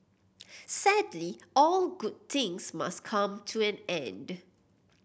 sadly all good things must come to an end